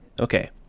Okay